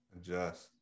Adjust